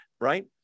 right